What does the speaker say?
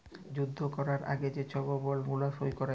যুদ্ধ ক্যরার আগে যে ছব বল্ড গুলা সই ক্যরে